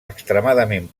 extremadament